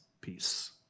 peace